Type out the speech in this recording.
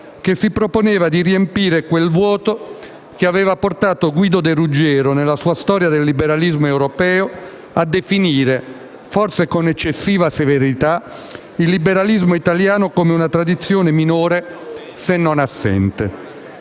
che si proponeva di riempire quel vuoto che aveva portato Guido De Ruggiero, nella sua «Storia del liberalismo europeo», a definire, forse con eccessiva severità, il liberalismo italiano come una tradizione minore se non assente.